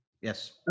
Yes